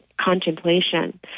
contemplation